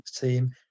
team